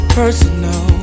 personal